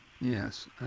Yes